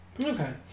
Okay